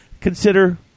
Consider